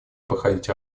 проходить